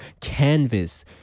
canvas